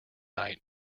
night